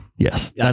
Yes